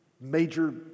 major